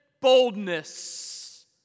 boldness